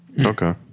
Okay